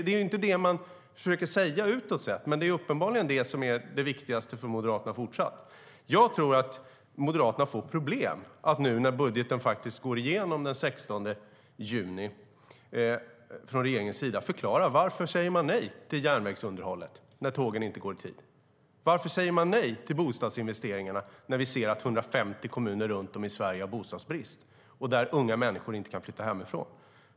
Det är inte det man försöker säga utåt, men det är uppenbarligen det som fortsatt är det viktigaste för Moderaterna. Nu när budgeten från regeringens sida faktiskt går igenom den 16 juni tror jag att Moderaterna får problem med att förklara varför man säger nej till järnvägsunderhållet när tågen inte går i tid. Varför säger man nej till bostadsinvesteringar när vi ser att 150 kommuner runt om i Sverige har bostadsbrist och att unga människor inte kan flytta hemifrån?